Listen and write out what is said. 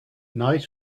night